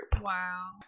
Wow